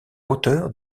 hauteur